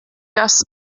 das